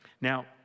Now